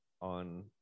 on